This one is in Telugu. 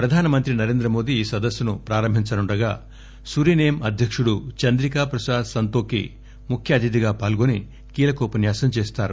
ప్రధానమంత్రి నరేంద్రమోదీ ఈ సదస్పును ప్రారంభించనుండగా సురీసేమ్ అధ్యక్తుడు చంద్రిక ప్రసాద్ సంతోకీ ముఖ్య అతిథిగా పాల్గొని కీలక ఉపన్యాసం చేస్తారు